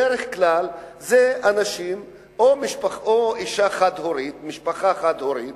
בדרך כלל זה או אשה חד-הורית, משפחה חד-הורית,